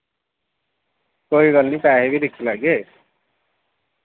कोई गल्ल निं पैहे बी दिक्खी लैगे